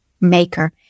maker